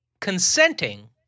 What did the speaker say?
consenting